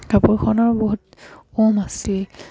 কাপোৰখনৰ বহুত উম আছিল